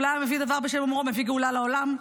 אולם המביא דבר בשם אומרו מביא גאולה לעולם.